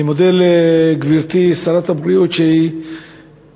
אני מודה לגברתי שרת הבריאות שהסכימה